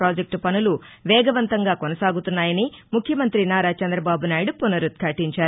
project పనులు వేగవంతంగా కొనసాగుతున్నాయని ముఖ్యమంతి నారాచంద్రబాబు నాయుడు పునరుద్ఘాటించారు